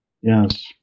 Yes